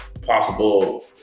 possible